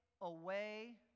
away